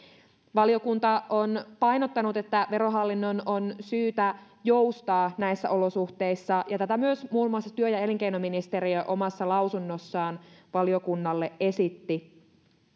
valiokunta on painottanut että verohallinnon on syytä joustaa näissä olosuhteissa ja tätä myös muun muassa työ ja elinkeinoministeriö omassa lausunnossaan valiokunnalle esitti